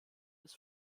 des